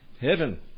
Heaven